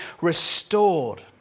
restored